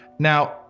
Now